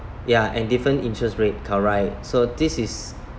ya and different interest rate correct so this is